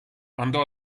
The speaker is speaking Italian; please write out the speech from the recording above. andò